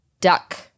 duck